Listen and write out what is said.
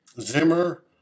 Zimmer